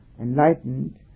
enlightened